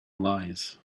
lies